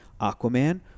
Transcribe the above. Aquaman